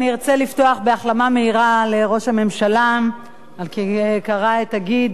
ארצה לפתוח באיחולי החלמה מהירה לראש הממשלה שקרע את הגיד,